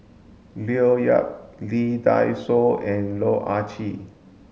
Leo Yip Lee Dai Soh and Loh Ah Chee